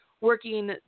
working